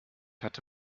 hatte